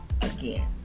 again